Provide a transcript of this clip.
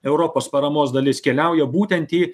europos paramos dalis keliauja būtent į